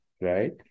right